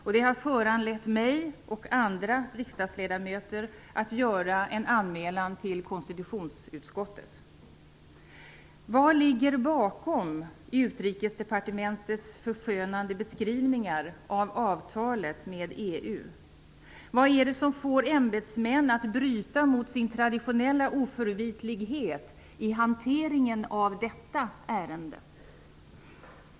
Och det har föranlett mig och andra riksdagsledamöter att göra en anmälan till konstitutionsutskottet. Vad ligger bakom Utrikesdepartementets förskönande beskrivningar av avtalet med EU? Vad är det som får ämbetsmän att bryta mot sin traditionella oförvitlighet i hanteringen av detta ärende?